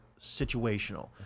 situational